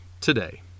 today